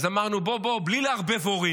אז אמרנו: בוא, בוא, בלי לערבב הורים.